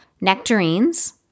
nectarines